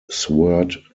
sword